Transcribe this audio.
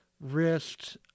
wrist